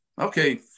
okay